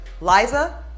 Liza